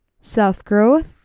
self-growth